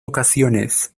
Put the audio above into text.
ocasiones